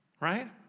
Right